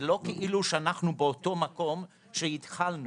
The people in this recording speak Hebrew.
זה לא שאנחנו באותו מקום בו התחלנו.